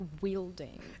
wielding